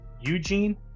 Eugene